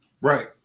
right